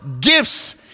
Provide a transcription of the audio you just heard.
gifts